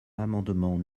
l’amendement